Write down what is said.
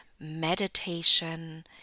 meditation